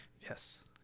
Yes